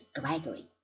gregory